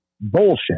bullshit